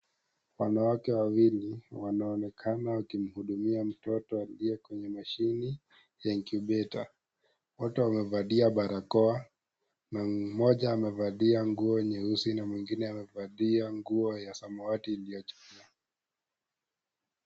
Wanawake wawili wanaonekana wakimhudumia mtoto aliye kwenye mashini ya incubator wote wamevalia barakoa na mmoja amevalia nguo nyeusi na mwingine amevalia nguo ya samawati iliyochangia.